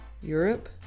europe